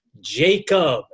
Jacob